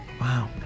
wow